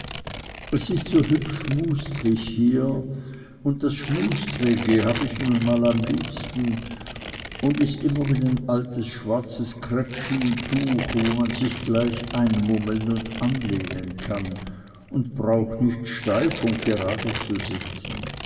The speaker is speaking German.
es ist so hübsch schmustrig hier un das schmustrige hab ich nu mal am liebsten un is immer wie n altes schwarzes kreppschintuch wo man sich gleich einmummeln un anlehnen kann un braucht nicht steif un grade zu sitzen